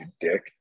dick